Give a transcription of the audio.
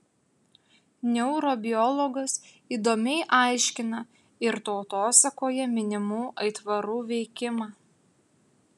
neurobiologas įdomiai aiškina ir tautosakoje minimų aitvarų veikimą